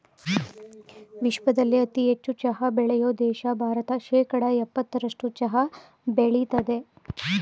ವಿಶ್ವದಲ್ಲೇ ಅತಿ ಹೆಚ್ಚು ಚಹಾ ಬೆಳೆಯೋ ದೇಶ ಭಾರತ ಶೇಕಡಾ ಯಪ್ಪತ್ತರಸ್ಟು ಚಹಾ ಬೆಳಿತದೆ